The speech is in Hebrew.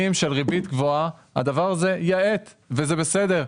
של ריבית גבוהה הדבר הזה יאט וזה בסדר.